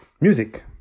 Music